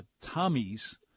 Tommy's